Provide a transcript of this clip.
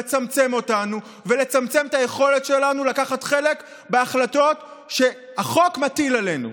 לצמצם אותנו ולצמצם את היכולת שלנו לקחת חלק בהחלטות שהחוק מטיל עלינו.